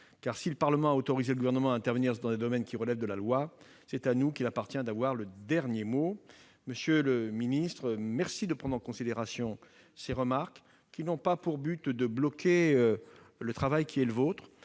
si le Parlement a autorisé le Gouvernement à intervenir dans des domaines qui relèvent de la loi, c'est à lui qu'il appartient d'avoir le dernier mot. Monsieur le ministre, je vous remercie de prendre en considération ces remarques, qui ont pour but non pas de bloquer votre travail, mais de faire